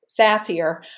sassier